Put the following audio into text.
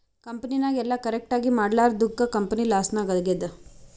ಕಂಪನಿನಾಗ್ ಎಲ್ಲ ಕರೆಕ್ಟ್ ಆಗೀ ಮಾಡ್ಲಾರ್ದುಕ್ ಕಂಪನಿ ಲಾಸ್ ನಾಗ್ ಆಗ್ಯಾದ್